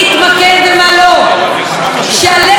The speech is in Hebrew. שהלקטורים נבחרים על ידי הקרנות.